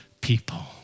people